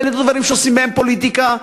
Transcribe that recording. אלה לא דברים שעושים מהם פוליטיקה.